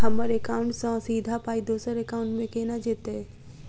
हम्मर एकाउन्ट सँ सीधा पाई दोसर एकाउंट मे केना जेतय?